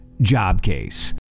Jobcase